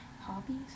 Hobbies